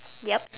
yup